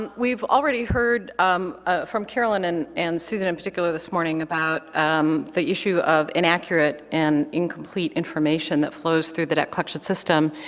um we've already heard um ah from carolyn and and susan in particular this morning about um the issue of inaccurate and incomplete information that flows through the debt collection system,